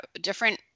different